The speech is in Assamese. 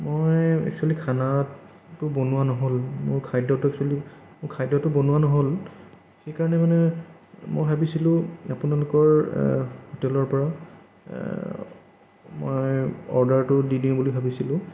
মই একচুয়েলি খানাটো বনোৱা নহ'ল মোৰ খাদ্যটো একচুয়েলি মোৰ খাদ্যটো বনোৱা নহ'ল সেইকাৰণে মানে মই ভাবিছিলোঁ আপোনালোকৰ আ হোটেলৰ পৰা মই অৰ্ডাৰটো দি দিওঁ বুলি ভাবিছিলোঁ